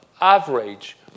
average